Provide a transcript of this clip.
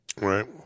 Right